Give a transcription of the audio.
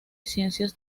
ciencias